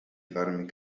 farmi